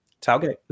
tailgate